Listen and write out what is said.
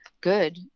good